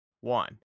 one